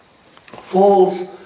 falls